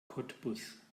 cottbus